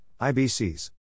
IBCs